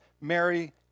Mary